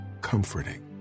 comforting